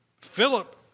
Philip